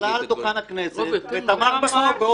עלה על דוכן הכנסת ותמך בחוק.